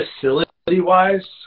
facility-wise